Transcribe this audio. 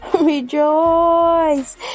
Rejoice